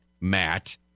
Matt